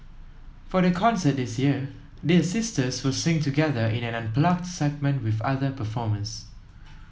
for the concert this year the sisters will sing together in an unplugged segment with other performers